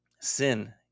sin